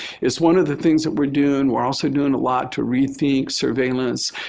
it's one of the things that we're doing. we're also doing a lot to rethink surveillance